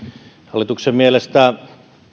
hallituksen mielestä